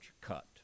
cut